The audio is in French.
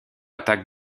attaque